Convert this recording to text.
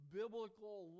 biblical